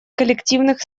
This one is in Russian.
коллективных